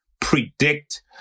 predict